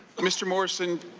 mr. morrison,